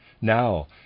now